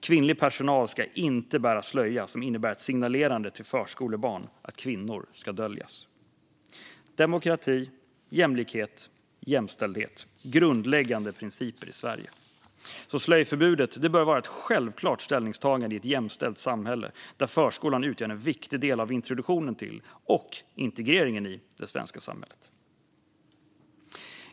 Kvinnlig personal ska inte bära slöja som innebär signalerande till förskolebarn att kvinnor ska döljas. Demokrati, jämlikhet och jämställdhet är grundläggande principer i Sverige. Slöjförbudet bör vara ett självklart ställningstagande i ett jämställt samhälle där förskolan utgör en viktig del av introduktionen till, och integreringen i, det svenska samhället.